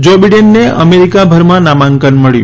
જો બિડેનને અમેરિકાભરમાં નામાંકન મળ્યું